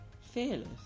Fearless